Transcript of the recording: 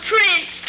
Prince